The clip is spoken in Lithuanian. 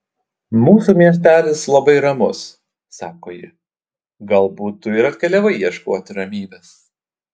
mūsų miestelis labai ramus sako ji galbūt tu ir atkeliavai ieškoti ramybės